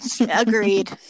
agreed